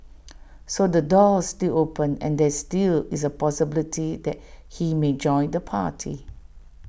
so the door's still open and there still is A possibility that he may join the party